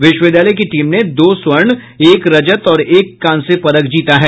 विश्वविद्यालय की टीम ने दो स्वर्ण एक रजत और एक कांस्य पदक जीता है